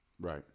Right